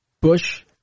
Bush